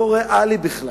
לא ריאלי בכלל.